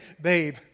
babe